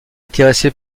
intéressé